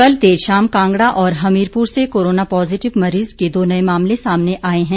कल देर शाम कांगड़ा और हमीरपुर से कोरोना पॉजिटिव मरीज के दो नए मामले सामने आये हैं